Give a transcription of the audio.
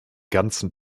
ganzen